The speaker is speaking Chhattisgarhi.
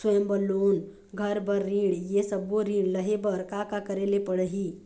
स्वयं बर लोन, घर बर ऋण, ये सब्बो ऋण लहे बर का का करे ले पड़ही?